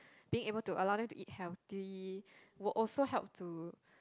being able to allow them to eat healthily will also help to